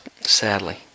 Sadly